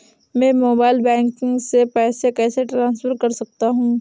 मैं mobile banking से पैसे कैसे ट्रांसफर कर सकता हूं?